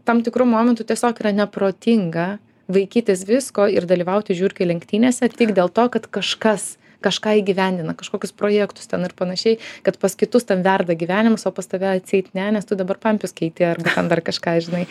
tam tikru momentu tiesiog yra neprotinga vaikytis visko ir dalyvauti žiurkių lenktynėse tik dėl to kad kažkas kažką įgyvendina kažkokius projektus ten ir panašiai kad pas kitus ten verda gyvenimas o pas tave atseit ne nes tu dabar pampius keiti arba ten dar kažką žinai